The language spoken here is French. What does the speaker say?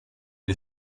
une